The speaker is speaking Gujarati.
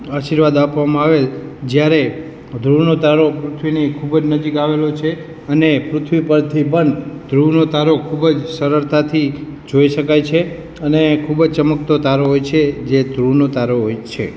આશીર્વાદ આપવામાં આવેલા જયારે ધ્રુવનો તારો પૃથ્વીની ખૂબ જ નજીક આવેલો છે અને પૃથ્વી પરથી પણ ધ્રુવનો તારો ખૂબ જ સરળતાથી જોઈ શકાય છે અને ખૂબ જ ચમકતો તારો હોય છે જે ધ્રુવનો તારો હોય છે